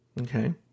Okay